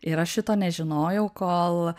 ir aš šito nežinojau kol